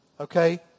Okay